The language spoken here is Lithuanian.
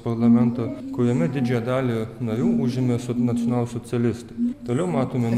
parlamento kuriame didžiąją dalį narių užėmė socnacionalsocialistai toliau matome